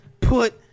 put